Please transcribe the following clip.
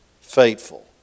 faithful